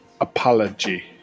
apology